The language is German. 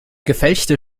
gefälschte